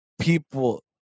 people